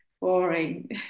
boring